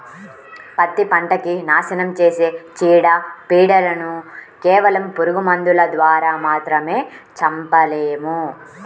పత్తి పంటకి నాశనం చేసే చీడ, పీడలను కేవలం పురుగు మందుల ద్వారా మాత్రమే చంపలేము